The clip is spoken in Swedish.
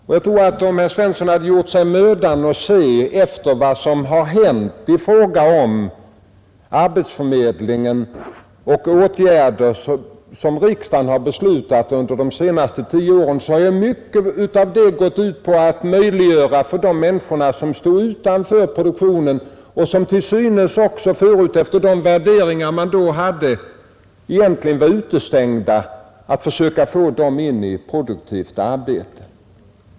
Om herr Svensson gjort sig mödan att se efter vad som hänt i fråga om arbetsförmedlingen och åtgärder som riksdagen beslutat under de senaste tio åren, så hade han funnit att mycket av detta gått ut på att möjliggöra för de människor, som stått utanför produktionen och som egentligen genom fördomar var utestängda, att komma in i produktivt arbete.